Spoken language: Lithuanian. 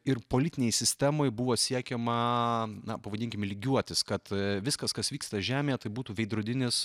ir politinėj sistemoj buvo siekiama na pavadinkim lygiuotis kad viskas kas vyksta žemėje tai būtų veidrodinis